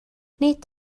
nid